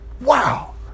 Wow